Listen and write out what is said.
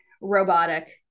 robotic